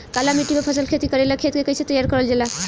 काली मिट्टी पर फसल खेती करेला खेत के कइसे तैयार करल जाला?